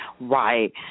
Right